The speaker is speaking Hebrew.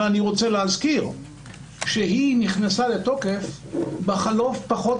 ואני רוצה להזכיר שהיא נכנסה לתוקף בחלוף פחות